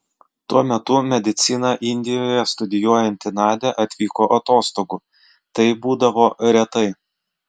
tuo metu mediciną indijoje studijuojanti nadia atvyko atostogų tai būdavo retai